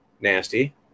nasty